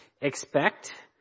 expect